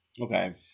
okay